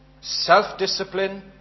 self-discipline